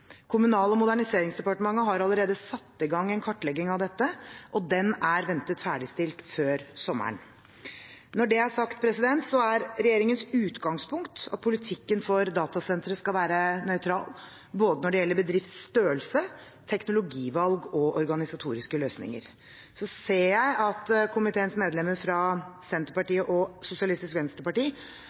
Kommunal- og moderniseringsdepartementet har allerede satt i gang en kartlegging av dette, og den er ventet ferdigstilt før sommeren. Når det er sagt, er regjeringens utgangspunkt at politikken for datasentre skal være nøytral, både når det gjelder bedriftsstørrelse, teknologivalg og organisatoriske løsninger. Jeg ser at komiteens medlemmer fra Senterpartiet og Sosialistisk Venstreparti